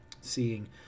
seeing